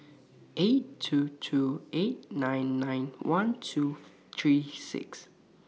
eight two two eight nine nine one two three six